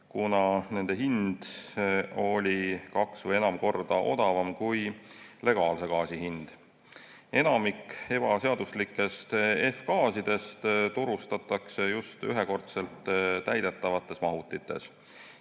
kuna nende hind oli kaks või enam korda odavam kui legaalse gaasi hind. Enamik ebaseaduslikest F‑gaasidest turustatakse just ühekordselt täidetavates mahutites,